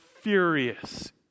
furious